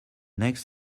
next